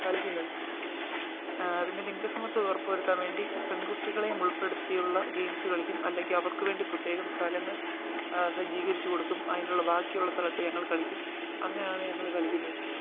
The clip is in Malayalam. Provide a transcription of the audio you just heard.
കളിക്കുന്നത് പിന്നെ ലിംഗസമത്വം ഉറപ്പു വരുത്താൻ വേണ്ടി പെൺകുട്ടികളെയും ഉൾപ്പെടുത്തിയിട്ടുള്ള ഗെയിംസ് കളിക്കും അല്ലെങ്കിൽ അവർക്ക് വേണ്ടി പ്രത്യേകം സ്ഥലങ്ങൾ സജ്ജീകരിച്ചു കൊടുക്കും അതിനുള്ള ബാക്കിയുള്ള സ്ഥലത്ത് ഞങൾ കളിക്കും അങ്ങയാണ് ഞങ്ങൾ കളിക്കുന്നത്